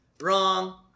Wrong